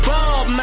Bob